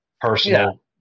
personal